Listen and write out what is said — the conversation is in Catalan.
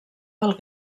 pel